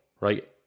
right